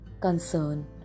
concern